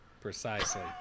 Precisely